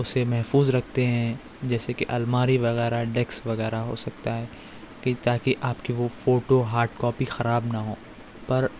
اسے محفوظ رکھتے ہیں جیسے کہ الماری وغیرہ ڈسک وغیرہ ہو سکتا ہے کہ تاکہ آپ کے وہ فوٹو ہارڈ کاپی خراب نہ ہوں پر